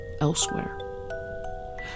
elsewhere